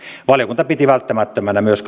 valiokunta piti välttämättömänä myös